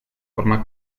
forma